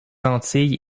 antilles